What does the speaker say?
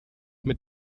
mit